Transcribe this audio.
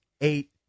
eight